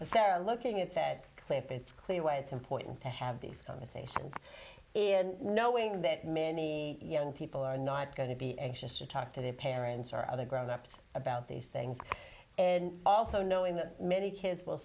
sarah looking at said cliff it's clear why it's important to have these conversations in knowing that many young people are not going to be anxious to talk to their parents or other grown ups about these things and also knowing that many kids will